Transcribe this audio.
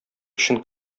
өчен